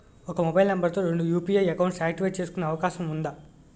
ఒక mobile number తో రెండు యు.పి.ఐ అకౌంట్స్ యాక్టివేట్ చేసుకునే అవకాశం వుందా?